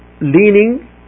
leaning